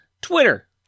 Twitter